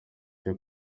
cyo